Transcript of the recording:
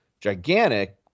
gigantic